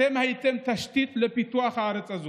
אתם הייתם תשתית לפיתוח הארץ הזו,